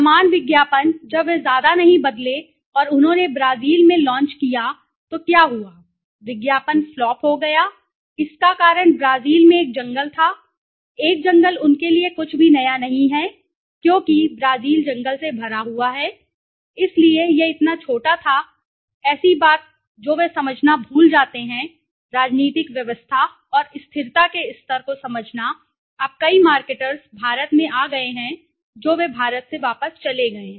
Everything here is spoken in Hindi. समान विज्ञापन जब वे ज्यादा नहीं बदले और उन्होंने ब्राजील में लॉन्च किया तो क्या हुआ विज्ञापन फ्लॉप हो गया इसका कारण ब्राजील में एक जंगल था एक जंगल उनके लिए कुछ भी नया नहीं है क्योंकि ब्राजील जंगल से भरा हुआ है इसलिए यह इतना छोटा था ऐसी बात जो वे समझना भूल जाते हैं राजनीतिक व्यवस्था और स्थिरता के स्तर को समझना अब कई मार्केटर्स भारत में आ गए हैं जो वे भारत से वापस चले गए हैं